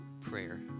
prayer